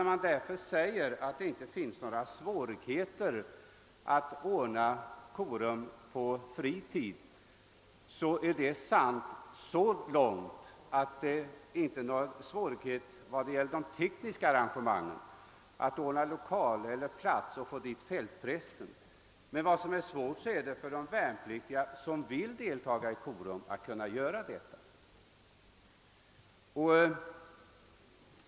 När man därför säger att det inte finns några svårigheter att ordna korum på fritid, är det sant så långt att det inte är någon svårighet när det gäller de tekniska arrangemangen att ordna lokal eller plats och få dit fältprästen. Men för de värnpliktiga som vill delta i korum på fritid kan det bjuda på avsevärda svårigheter att få tid för detta.